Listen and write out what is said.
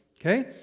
okay